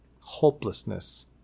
hopelessness